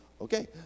Okay